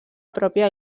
pròpia